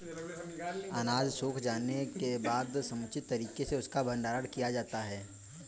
अनाज सूख जाने के बाद समुचित तरीके से उसका भंडारण किया जाता है